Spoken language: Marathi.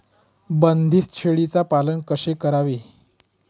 बंदिस्त शेळीचे पालन कसे करावे?